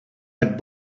had